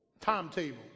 Timetable